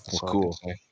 Cool